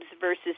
versus